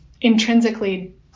intrinsically